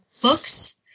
books